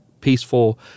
peaceful